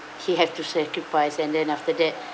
he have to sacrifices and then after that